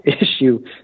issue